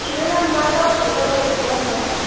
छिटो जानुपर्छ हौ छिटो गएर छिटोआउनु पर्छ